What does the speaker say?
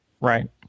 Right